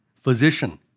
physician